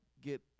get